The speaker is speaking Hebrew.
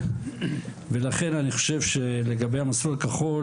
ולכן אני חושב שלגבי המסלול הכחול,